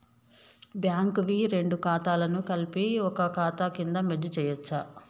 Bank వి రెండు ఖాతాలను కలిపి ఒక ఖాతా కింద మెర్జ్ చేయచ్చా?